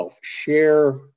share